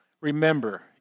Remember